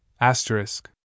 Asterisk